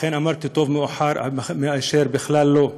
אכן אמרתי שטוב מאוחר מאשר בכלל לא.